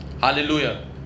hallelujah